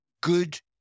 good